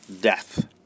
death